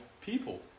people